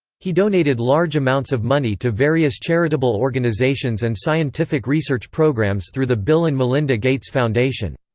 he donated large amounts of money to various charitable organizations and scientific research programs through the bill and melinda gates foundation.